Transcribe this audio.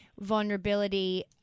Vulnerability